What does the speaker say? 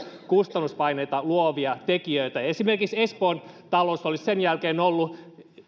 kustannuspaineita luovia tekijöitä esimerkiksi espoon talous olisi sen jälkeen ollut